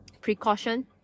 precaution